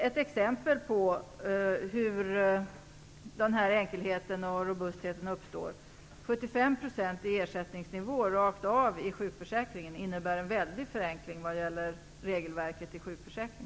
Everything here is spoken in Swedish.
Ett exempel är att den 75-procentiga ersättningsnivån rakt av i sjukförsäkringen innebär en väldig förenkling av regelverket i denna försäkring.